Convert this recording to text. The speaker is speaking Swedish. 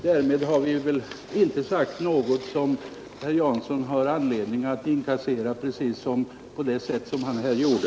Därmed har vi väl inte sagt något som herr Jansson har anledning att inkassera på det sätt som han här gjorde.